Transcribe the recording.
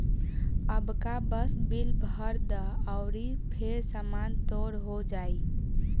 अबका बस बिल भर द अउरी फेर सामान तोर हो जाइ